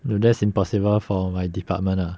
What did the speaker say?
dude that's impossible for my department lah